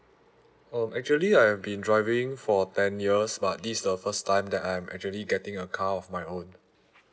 um actually I have been driving for ten years but this is the first time that I'm actually getting a car of my own